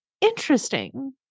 Interesting